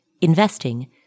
Investing